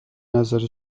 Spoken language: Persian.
نظر